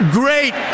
great